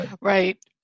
Right